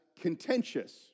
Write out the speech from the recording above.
contentious